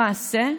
למעשה,